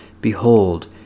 Behold